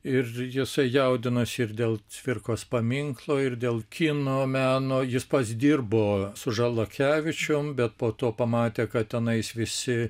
ir jisai jaudinosi ir dėl cvirkos paminklo ir dėl kino meno jis pats dirbo su žalakevičium bet po to pamatė kad tenais visi